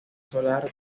solar